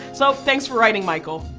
so thanks for writing, michael!